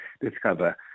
discover